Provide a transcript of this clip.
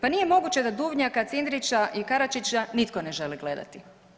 Pa nije moguće da Duvnjaka, Cindrića i Karačića nitko ne želi gledati.